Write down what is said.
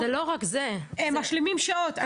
הם משלימים שעות.